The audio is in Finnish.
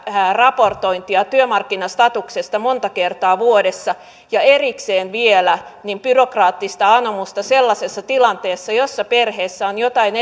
raportointia työmarkkinastatuksesta monta kertaa vuodessa ja erikseen vielä byrokraattista anomusta sellaisessa tilanteessa jossa perheessä on jotain